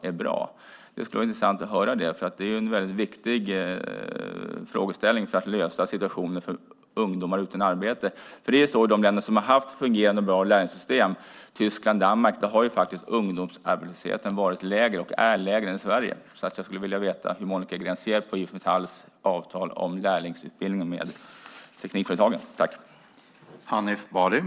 Det skulle vara intressant att höra. Det är viktigt för att lösa situationen för ungdomar utan arbete. I de länder som har haft fungerande och bra lärlingssystem - Tyskland och Danmark - är ungdomsarbetslösheten lägre än i Sverige. Jag skulle vilja veta hur Monica Green ser på IF Metalls avtal med teknikföretagen om lärlingsutbildning.